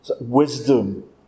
wisdom